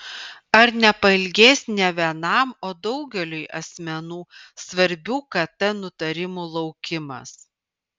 ar nepailgės ne vienam o daugeliui asmenų svarbių kt nutarimų laukimas